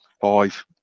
five